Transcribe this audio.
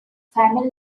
family